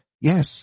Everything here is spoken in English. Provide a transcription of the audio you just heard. yes